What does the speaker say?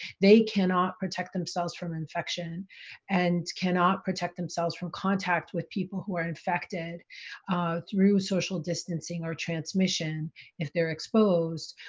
they cannot protect themselves from infection and cannot protect themselves from contact with people who are infected through social distancing or transmission if they're exposed,